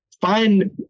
find